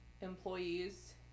employees